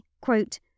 quote